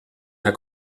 herr